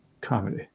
comedy